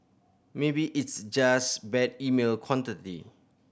maybe it's just bad email quantity